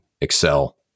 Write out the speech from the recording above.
excel